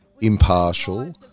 impartial